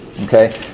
Okay